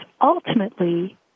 ultimately